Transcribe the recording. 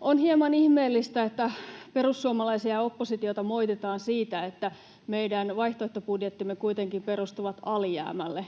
On hieman ihmeellistä, että perussuomalaisia ja oppositiota moititaan siitä, että meidän vaihtoehtobudjettimme kuitenkin perustuvat alijäämälle.